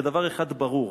הרי דבר אחד ברור: